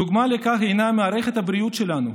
דוגמה לכך היא מערכת הבריאות שלנו.